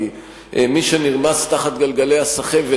כי מי שנרמס תחת גלגלי הסחבת,